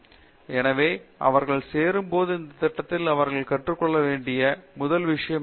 பேராசிரியர் சத்யநாராயணன் என் கும்மாடி எனவே அவர்கள் சேரும் போது இந்த திட்டத்தில் அவர்கள் கற்றுக் கொள்ள வேண்டிய முதல் விஷயம் இது